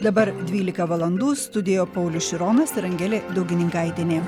dabar dvylika valandų studio paulius šironas ir angelė daugininkaitienė